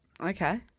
Okay